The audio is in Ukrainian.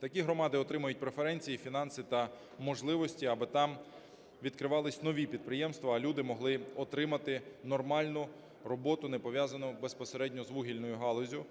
Такі громади отримають преференції, фінанси та можливості, аби там відкривалися нові підприємства, а люди могли отримати нормальну роботу, не пов'язану безпосередньо з вугільною галуззю.